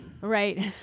right